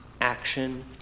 Action